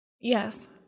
Yes